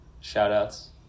shout-outs